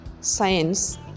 science